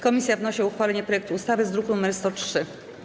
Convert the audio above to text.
Komisja wnosi o uchwalenie projektu ustawy z druku nr 103.